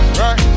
right